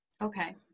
Okay